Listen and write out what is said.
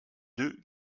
deux